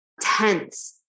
tense